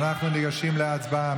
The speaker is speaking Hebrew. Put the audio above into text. אנחנו ניגשים להצבעה.